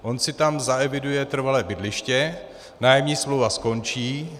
On si tam zaeviduje trvalé bydliště, nájemní smlouva skončí.